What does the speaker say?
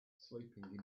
sleeping